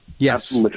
Yes